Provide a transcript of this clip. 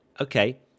okay